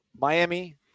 Miami